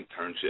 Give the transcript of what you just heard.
Internship